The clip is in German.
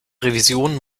revision